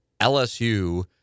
LSU